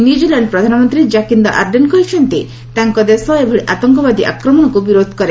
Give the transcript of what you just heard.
New Zealand ପ୍ରଧାନମନ୍ତ୍ରୀ Jacinda Ardern କହିଛନ୍ତି ତାଙ୍କ ଦେଶ ଏଭଳି ଆତଙ୍କବାଦୀ ଆକ୍ରମଣକୁ ବିରୋଧ କରେ